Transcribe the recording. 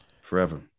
forever